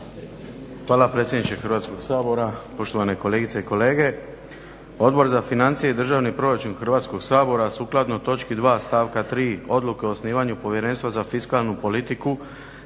predsjedniče. Poštovane kolegice i kolege. Odbor za financije i državni proračun Hrvatskog sabora sukladno točki 2.stavka 3. Odluke o osnivanju Povjerenstva za fiskalnu politiku